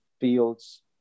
Fields